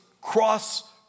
cross